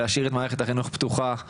להשאיר את מערכת החינוך פתוחה,